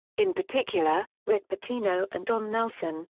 in particular, rick pitino and don nelson,